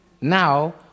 Now